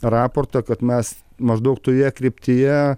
raportą kad mes maždaug toje kryptyje